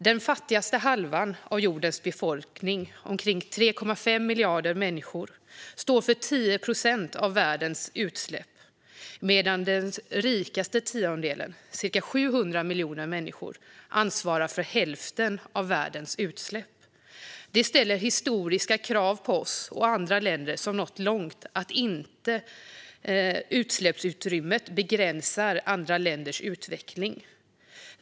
Den fattigaste halvan av jordens befolkning, omkring 3,5 miljarder människor, står för 10 procent av världens utsläpp medan den rikaste tiondelen, ca 700 miljoner människor, ansvarar för hälften av världens utsläpp. Det ställer historiska krav på oss och andra länder som nått långt att inte låta utsläppsutrymmet begränsa deras utveckling.